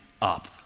up